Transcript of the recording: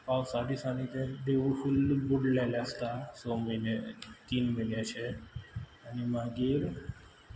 पावसा दिसांनी तें देवूळ फूल बुडलेलें आसता स म्हयने तीन म्हयने अशें आनी मागीर